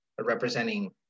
representing